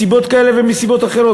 מסיבות כאלה ומסיבות אחרות.